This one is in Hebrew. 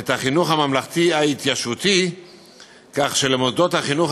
את החינוך הממלכתי ההתיישבותי כך שלמוסדות החינוך